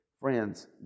friends